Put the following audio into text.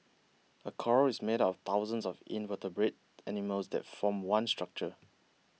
a coral is made up of thousands of invertebrate animals that form one structure